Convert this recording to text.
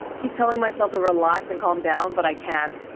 keep telling myself to relax and calm down, but i can't,